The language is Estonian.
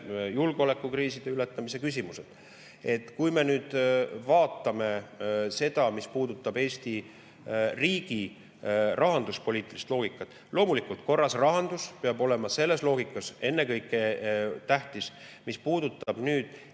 julgeolekukriiside ületamise [vajadused]. Kui me nüüd vaatame seda, mis puudutab Eesti riigi rahanduspoliitilist loogikat, siis loomulikult korras rahandus peab olema selles loogikas ennekõike tähtis. See puudutab